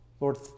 Lord